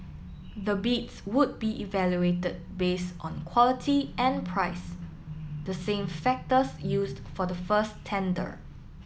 the bids would be evaluated base on quality and price the same factors used for the first tender